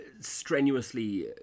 strenuously